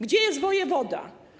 Gdzie jest wojewoda?